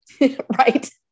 Right